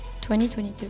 2022